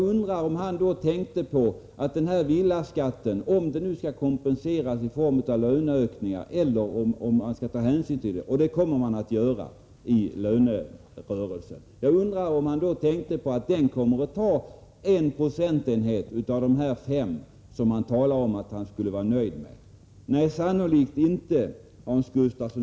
Frågan är om den här villaskatten nu skall kompenseras i form av löneökningar, om man skall ta hänsyn till den — och det kommer man att göra i lönerörelsen. Jag undrar om han då tänkte på att den kommer att ta en procentenhet av de fem som han talar om att han skulle vara nöjd med. Nej, sannolikt inte, Hans Gustafsson.